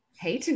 Hey